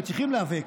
וצריכים להיאבק,